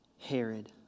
Herod